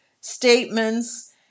statements